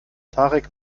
tarek